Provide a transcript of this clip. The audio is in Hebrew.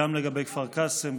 גם לגבי כפר קאסם,